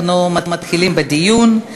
אנחנו מתחילים בדיון.